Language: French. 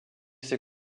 ses